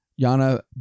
Yana